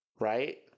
Right